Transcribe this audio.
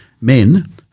men